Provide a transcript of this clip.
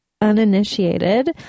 uninitiated